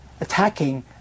attacking